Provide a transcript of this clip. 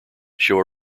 show